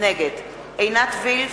נגד עינת וילף,